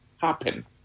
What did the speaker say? happen